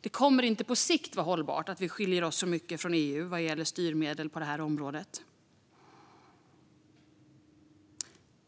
Det kommer inte på sikt att vara hållbart att vi skiljer oss så mycket från övriga EU vad gäller styrmedel på det här området.